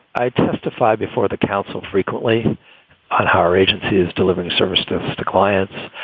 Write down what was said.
i testified before the council frequently on how our agency is delivering services to clients.